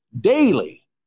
daily